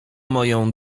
moją